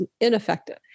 ineffective